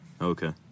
Okay